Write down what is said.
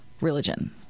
religion